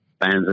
fans